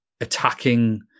attacking